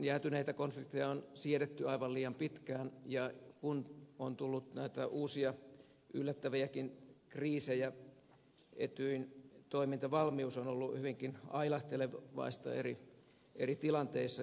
jäätyneitä konflikteja on siirretty aivan liian pitkään ja kun on tullut näitä uusia yllättäviäkin kriisejä etyjin toimintavalmius on ollut hyvinkin ailahtelevaista eri tilanteissa